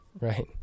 right